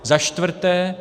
Za čtvrté.